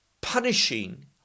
punishing